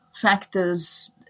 factors